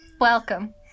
Welcome